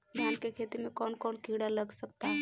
धान के खेती में कौन कौन से किड़ा लग सकता?